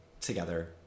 together